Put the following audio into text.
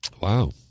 Wow